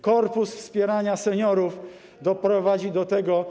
Korpus Wsparcia Seniorów doprowadzi do tego.